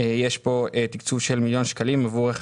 יש פה תקצוב של מיליון שקלים עבור רכש